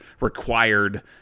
required